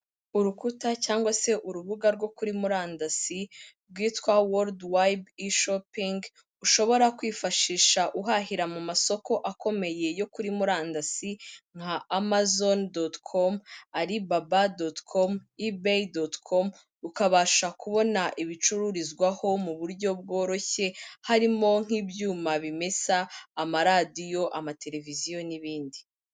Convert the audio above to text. Urukuta cyangwa se urubuga rwo kuri murandasi rwitwa wodi webu ishopingi ushobora kwifashisha uhahira mu masoko akomeye yo kuri murandasi nka amazone dotikomu, aribaba dotikomu, ibeyi dotikomu ukabasha kubona ibicururizwaho mu buryo bworoshye harimo nk'ibyuma bimesa, amaradiyo, amateleviziyo n'ibindi.